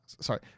sorry